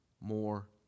more